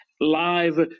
live